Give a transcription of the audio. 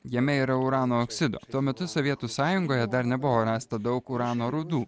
jame yra urano oksido tuo metu sovietų sąjungoje dar nebuvo rasta daug urano rūdų